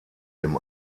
dem